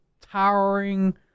towering